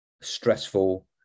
stressful